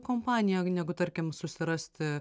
kompaniją negu tarkim susirasti